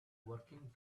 working